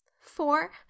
Four